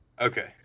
Okay